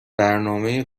برنامه